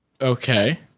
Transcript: okay